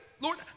Lord